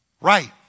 right